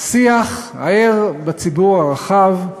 שיח ער בציבור הרחב,